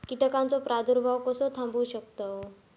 कीटकांचो प्रादुर्भाव कसो थांबवू शकतव?